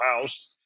house